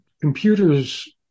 computers